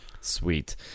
Sweet